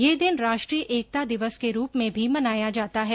ये दिन राष्ट्रीय एकता दिवस के रूप में भी मनाया जाता है